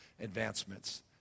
advancements